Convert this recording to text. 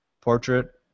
portrait